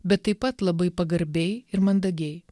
bet taip pat labai pagarbiai ir mandagiai